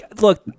Look